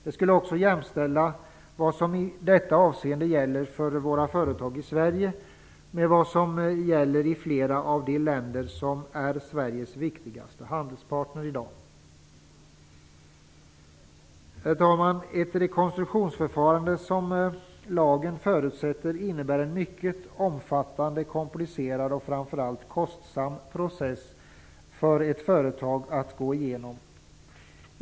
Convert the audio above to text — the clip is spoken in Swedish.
Det skulle också jämställa vad som i detta avseende gäller för våra företag i Sverige med vad som gäller i flera av de länder som är Sveriges viktigaste handelspartner i dag. Herr talman! Ett rekonstruktionsförfarande som lagen förutsätter innebär en mycket omfattande, komplicerad och framför allt kostsam process för ett företag att gå igenom.